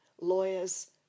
lawyers